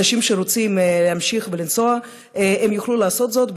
אנשים שרוצים להמשיך לנסוע יוכלו לעשות זאת, תודה.